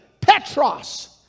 Petros